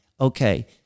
okay